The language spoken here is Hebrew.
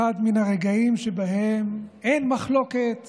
אחד מן הרגעים שבהם אין מחלוקת